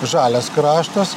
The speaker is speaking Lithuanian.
žalias kraštas